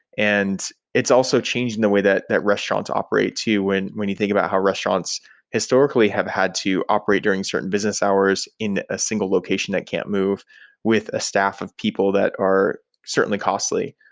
and it's also changed in the way that that restaurants operate too when when you think about how restaurants historically have had to operate during certain business hours in a single location that can't move with a staff of people that are certainly costly.